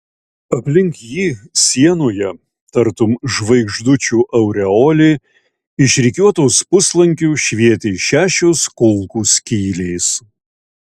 aplink jį sienoje tartum žvaigždučių aureolė išrikiuotos puslankiu švietė šešios kulkų skylės